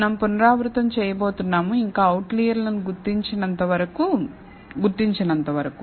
మనం పునరావృతం చేయబోతున్నాము ఇంకా అవుట్లైయర్లను గుర్తించనంత వరకు